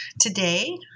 today